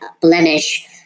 blemish